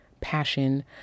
passion